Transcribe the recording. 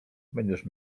będziesz